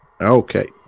Okay